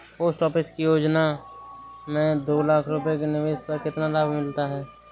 Post office की योजना में एक लाख रूपए के निवेश पर कितना लाभ मिलता है?